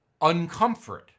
uncomfort